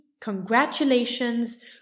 congratulations